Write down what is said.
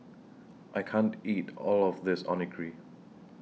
I can't eat All of This Onigiri